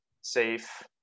safe